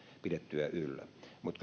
pidettyä yllä mutta